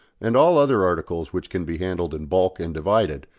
and all other articles which can be handled in bulk and divided,